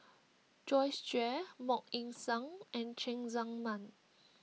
Joyce Jue Mok Ying Jang and Cheng Tsang Man